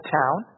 town